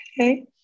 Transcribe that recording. Okay